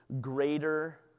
greater